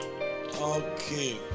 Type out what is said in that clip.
Okay